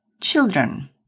children